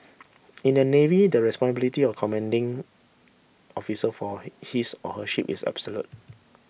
in the Navy the responsibility of commanding officer for he his or her ship is absolute